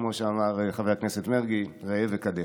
כמו שאמר חבר הכנסת מרגי, ראה וקדש.